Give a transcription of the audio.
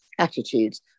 Attitudes